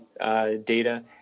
data